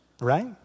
right